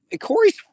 Corey's